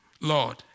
Lord